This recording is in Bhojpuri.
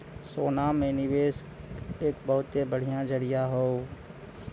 सोना में निवेस एक बहुते बढ़िया जरीया हौ